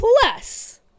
plus